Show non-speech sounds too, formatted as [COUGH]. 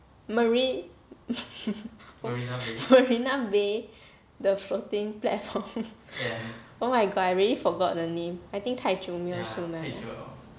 marin~ [LAUGHS] marina bay the floating platform [BREATH] oh my god I really forgot the name I think 太久没有说到了